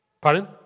Pardon